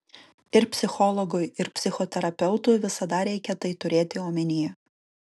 ir psichologui ir psichoterapeutui visada reikia tai turėti omenyje